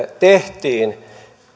tehtiin